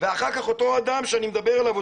ואחר כך אותו אדם שאני מדבר עליו,